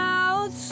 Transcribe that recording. out